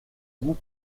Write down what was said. goût